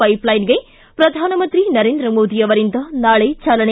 ಪೈಪ್ಲೈನ್ಗೆ ಪ್ರಧಾನಮಂತ್ರಿ ನರೇಂದ್ರ ಮೋದಿ ಅವರಿಂದ ನಾಳೆ ಚಾಲನೆ